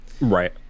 Right